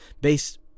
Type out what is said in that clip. based